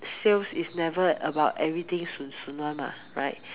sales is never about everything 顺顺【one】mah right